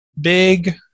Big